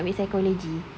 kau nak ambil psychology